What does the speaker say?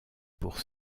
pour